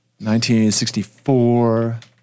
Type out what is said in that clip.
1964